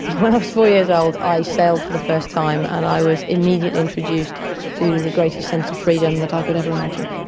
when i was four years old i sailed for the first time and i was immediately introduced to the greatest sense of freedom that i could ever imagine.